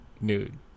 Nude